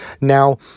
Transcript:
Now